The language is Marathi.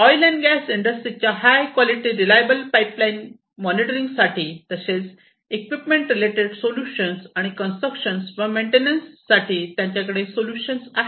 ऑईल अँड गॅस इंडस्ट्रीच्या high quality reliable pipeline monitoring साठी तसेच इक्विपमेंट रिलेटेड सोल्युशन आणि कन्स्ट्रक्शन व मेंटेनन्स साठी त्यांच्याकडे सोल्युशन्स आहेत